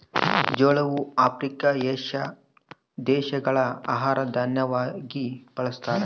ಜೋಳವು Africa, Asia ದೇಶಗಳ ಆಹಾರ ದಾನ್ಯವಾಗಿ ಬಳಸ್ತಾರ